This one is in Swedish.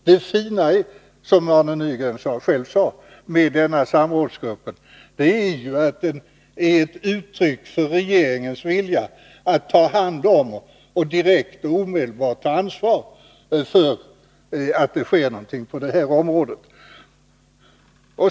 Det fina med denna samrådsgrupp är — som Arne Nygren själv sade — att den är ett uttryck för regeringens vilja att ta hand om och direkt och omedelbart ta ansvar för att det sker någonting på detta område.